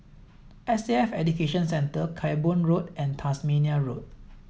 S A F Education Centre Camborne Road and Tasmania Road